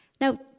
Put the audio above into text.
Now